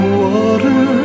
water